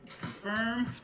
Confirm